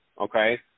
Okay